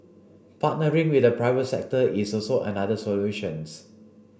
partnering with the private sector is also another solutions